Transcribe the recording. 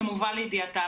זה מובא ‏לידיעתה.